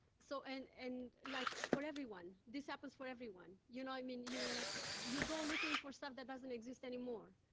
so and and like for, like, everyone. this happens for everyone. you know, i mean, you you go looking for stuff that doesn't exist anymore.